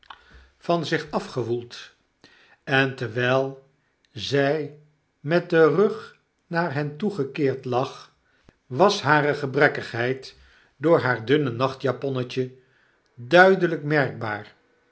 huur zich afgewoeld en terwijl zy met den rug naar hen toegekeerd lag was hare gebrekkigheid door haar dunne nachtjaponnetje duidelijk merkbaar